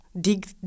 dig